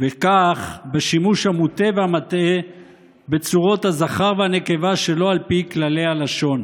וכך בשימוש המוטעה והמטעה בצורות הזכר והנקבה שלא על פי כללי הלשון.